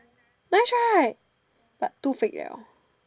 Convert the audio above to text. nice right but too fake liao